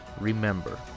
remember